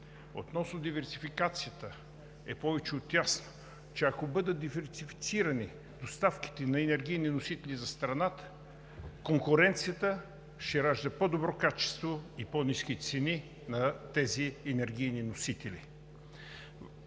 Относно диверсификацията е повече от ясно, че ако бъдат диверсифицирани доставките на енергийни носители за страната, конкуренцията ще ражда по-добро качество и по-ниски цени на тези енергийни носители.